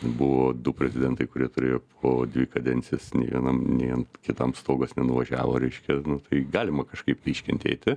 buvo du prezidentai kurie turėjo po dvi kadencijas nei vienam nei ant kitam stogas nenuvažiavo reiškia nu tai galima kažkaip iškentėti